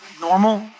normal